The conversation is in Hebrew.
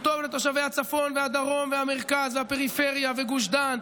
הוא טוב לתושבי הצפון והדרום והמרכז והפריפריה וגוש דן.